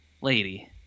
lady